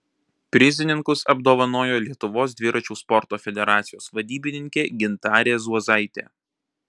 prizininkus apdovanojo lietuvos dviračių sporto federacijos vadybininkė gintarė zuozaitė